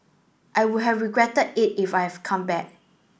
I would have regretted it if I've come back